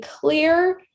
clear